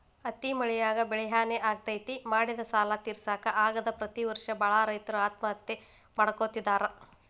ಅತಿ ಮಳಿಯಾಗಿ ಬೆಳಿಹಾನಿ ಆಗ್ತೇತಿ, ಮಾಡಿದ ಸಾಲಾ ತಿರ್ಸಾಕ ಆಗದ ಪ್ರತಿ ವರ್ಷ ಬಾಳ ರೈತರು ಆತ್ಮಹತ್ಯೆ ಮಾಡ್ಕೋತಿದಾರ